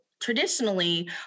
Traditionally